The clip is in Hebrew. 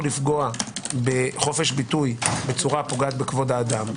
לפגוע בחופש ביטוי בצורה פוגעת בכבוד האדם,